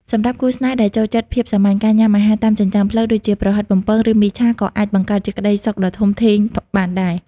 សម្រាប់គូស្នេហ៍ដែលចូលចិត្តភាពសាមញ្ញ ការញ៉ាំអាហារតាមចិញ្ចើមផ្លូវដូចជា ប្រហិតបំពង ឬមីឆា ក៏អាចបង្កើតជាក្ដីសុខដ៏ធំធេងបានដែរ។